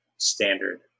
standard